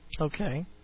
Okay